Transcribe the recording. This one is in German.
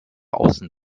außen